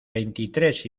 veintitrés